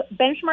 benchmark